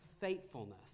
faithfulness